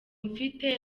mfite